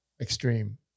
extreme